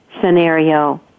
scenario